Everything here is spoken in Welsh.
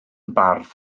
bardd